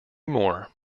more